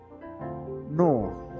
No